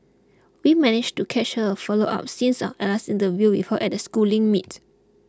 we managed to catch her for a follow up since our last interview with her at a schooling meet